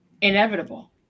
inevitable